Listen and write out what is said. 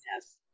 Yes